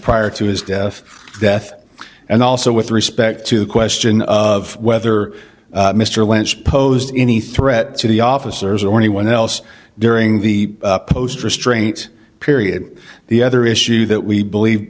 prior to his death death and also with respect to the question of whether mr lynch posed any threat to the officers or anyone else during the post restraint period the other issue that we